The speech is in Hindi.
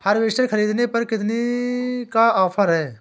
हार्वेस्टर ख़रीदने पर कितनी का ऑफर है?